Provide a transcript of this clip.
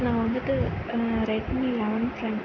நான் வந்துவிட்டு Redmi eleven prime